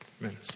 Amen